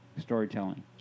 storytelling